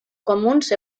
comuns